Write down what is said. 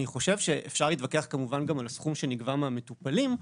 אני חושב שאפשר להתווכח גם על הסכום שנגבה מהמטופלים,